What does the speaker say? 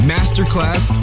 Masterclass